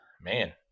man